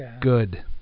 good